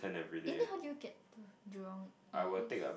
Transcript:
and then how do you get to Jurong East